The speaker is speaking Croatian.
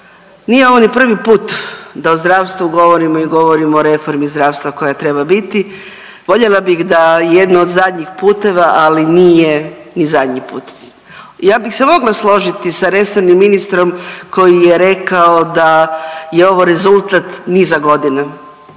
nije ovo ni prvi put da o zdravstvu govorim i govorim o reformi zdravstva koja treba biti. Voljela bih da jedno od zadnjih puteva, ali nije ni zadnji put. Ja bih se mogla složiti sa resornim ministrom koji je rekao da je ovo rezultat niza godina